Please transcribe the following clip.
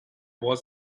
was